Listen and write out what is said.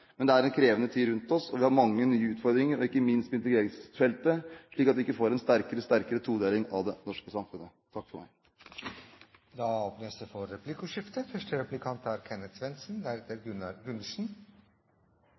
Men det er en krevende tid, vi har mange nye utfordringer ikke minst på integreringsfeltet, slik at vi ikke får en sterkere og sterkere todeling av det norske samfunnet. Det åpnes for replikkordskifte. Slagsvold Vedum var jo opptatt av at ungdommen i Europa mister jobber, og det er